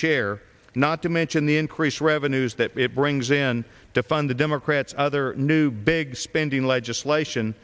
share not to mention the increased revenues that it brings in to fund the democrats other new big spending legislation